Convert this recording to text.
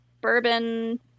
Bourbon